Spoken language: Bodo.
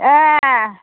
ए